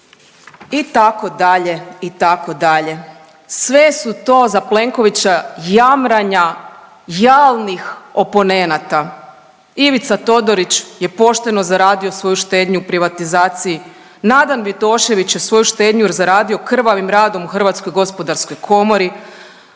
potresa, itd., itd.. Sve su to za Plenkovića jamranja jalnih oponenata. Ivica Todorić je pošteno zaradio svoju štednju u privatizaciji. Nadan Vidošević je svoju štednju zaradio krvavim radom u Hrvatskoj gospodarskoj komori.